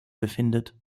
befindet